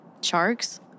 sharks